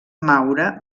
maura